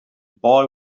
boy